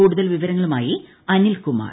കൂടുതൽ വിവരങ്ങളുമായി അനിൽകുമാർ